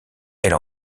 elle